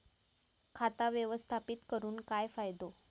खाता व्यवस्थापित करून काय फायदो?